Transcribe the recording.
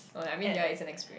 oh I mean yea it can experience